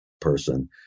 person